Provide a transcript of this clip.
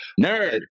Nerd